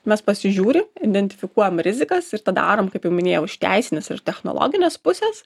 mes pasižiūri identifikuojam rizikas ir tą darom kaip jau minėjau iš teisinės ir technologinės pusės